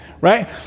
Right